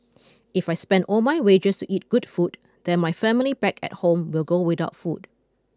if I spend all my wages to eat good food then my family back at home will go without food